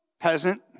peasant